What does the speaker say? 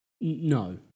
No